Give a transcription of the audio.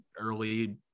early